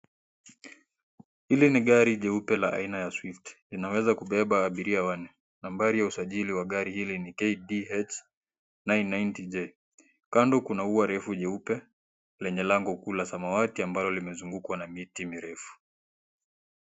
Hili ni gari jeupe la aina ya swift, linameweza kubebea abiria wanne. Nambari ya usajili wa gari hili ni KDH 990J . Kando kuna ua refu jeupe, lenye lango kuu la samawati ambalo limezungukwa na miti mirefu.